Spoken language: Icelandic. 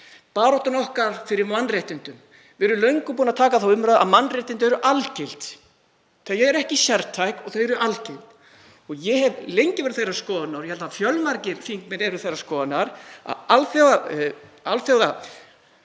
Barátta okkar fyrir mannréttindum; við erum löngu búin að taka þá umræðu að mannréttindi séu algild. Þau eru ekki sértæk, þau eru algild. Ég hef lengi verið þeirrar skoðunar, og ég held að fjölmargir þingmenn séu þeirrar skoðunar, að alþjóðasamfélagið